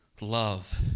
Love